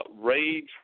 Rage